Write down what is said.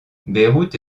beyrouth